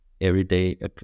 everyday